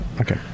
Okay